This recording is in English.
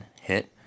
hit